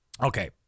Okay